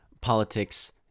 politics